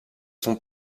son